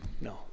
No